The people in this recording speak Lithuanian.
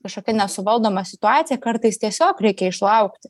kažkokia nesuvaldoma situacija kartais tiesiog reikia išlaukti